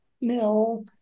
mill